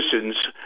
citizens